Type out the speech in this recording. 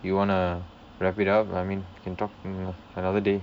you wanna wrap it up I mean we can talk another day